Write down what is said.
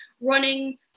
running